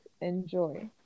enjoy